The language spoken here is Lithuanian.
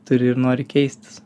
turi ir nori keistis